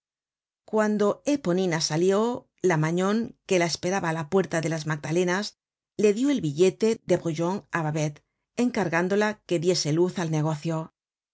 cuando eponina salió la magnon que la esperaba á la puerta de las magdalenas le dió el billete de brujon á babet encargándola que diese luz al negocio